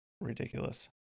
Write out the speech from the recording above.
ridiculous